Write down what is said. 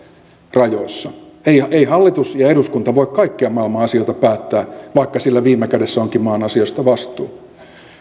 rajoissa eivät hallitus ja eduskunta voi kaikkia maailman asioita päättää vaikka sillä viime kädessä onkin maan asioista vastuu